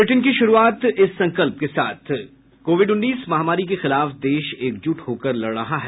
bulletin की शुरूआत इस संकल्प के साथ कोविड उन्नीस महामारी के खिलाफ देश एकजुट होकर लड़ रहा है